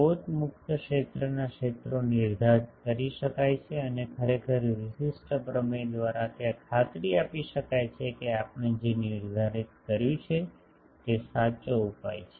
સ્રોત મુક્ત ક્ષેત્રના ક્ષેત્રો નિર્ધારિત કરી શકાય છે અને ખરેખર વિશિષ્ટ પ્રમેય દ્વારા ત્યાં ખાતરી આપી શકાય છે કે આપણે જે નિર્ધારિત કર્યું છે તે સાચો ઉપાય છે